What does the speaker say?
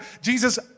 Jesus